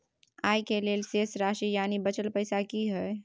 आय के लेल शेष राशि यानि बचल पैसा की हय?